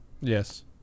Yes